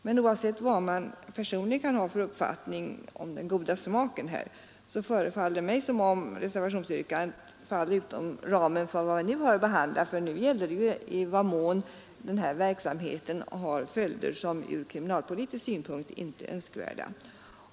Men oavsett vad man personligen har för uppfattning om den goda smaken förefaller det mig som om reservationsyrkandet faller utanför ramen för vad vi nu har att behandla, för nu gäller det ju i vad mån den här verksamheten har följder som från kriminalpolitisk synpunkt inte är önskvärda.